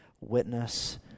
witness